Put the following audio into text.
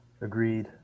Agreed